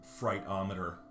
frightometer